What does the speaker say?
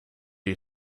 you